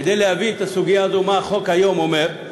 כדי להבין את הסוגיה הזו, מה החוק היום אומר?